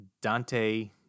Dante